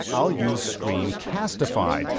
i'll use screencastify.